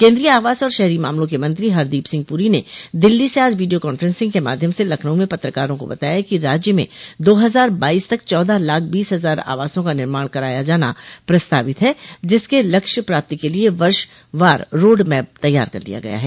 केन्द्रीय आवास और शहरी मामलों के मंत्री हरदीप सिंह पुरी ने दिल्ली से आज वीडियो काफेंसिंग के माध्यम से लखनऊ में पत्रकारों को बताया कि राज्य में दो हजार बाइस तक चौदह लाख बीस हजार आवासों का निर्माण कराया जाना प्रस्तावित है जिसके लक्ष्य प्राप्ति के लिए वर्ष वार रोड मैप तैयार कर लिया गया है